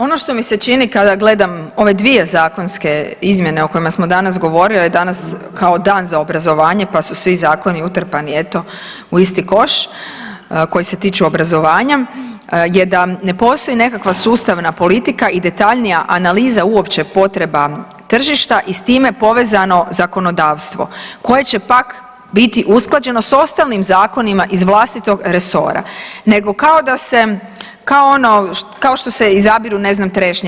Ono što mi se čini kada gledam ove dvije zakonske izmjene o kojima smo danas govorili, danas kao dan za obrazovanje, pa su svi zakoni utrpani eto u isti koš koji se tiču obrazovanja je da ne postoji nekakva sustavna politika i detaljnija analiza uopće potreba tržišta i s time povezano zakonodavstvo koje će pak biti usklađeno s ostalim zakonima iz vlastitog resora, nego kao da se, kao ono kao što se izabiru ne znam trešnje.